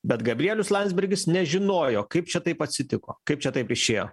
bet gabrielius landsbergis nežinojo kaip čia taip atsitiko kaip čia taip išėjo